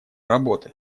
работы